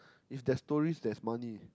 if there's tourists there's money